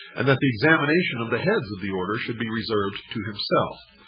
and that the examination of the heads of the order should be reserved to himself.